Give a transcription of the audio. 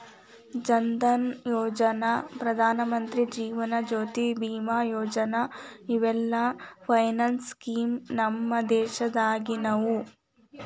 ಜನ್ ಧನಯೋಜನಾ, ಪ್ರಧಾನಮಂತ್ರಿ ಜೇವನ ಜ್ಯೋತಿ ಬಿಮಾ ಯೋಜನಾ ಇವೆಲ್ಲ ಫೈನಾನ್ಸ್ ಸ್ಕೇಮ್ ನಮ್ ದೇಶದಾಗಿನವು